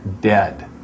dead